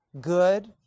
good